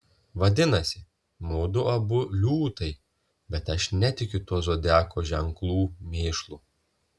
vadinasi mudu abu liūtai bet aš netikiu tuo zodiako ženklų mėšlu